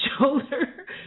shoulder